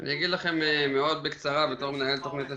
מסכים עם חברת הכנסת עאידה תומא על כך